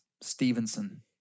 Stevenson